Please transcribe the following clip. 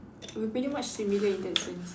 we're pretty much similar in that sense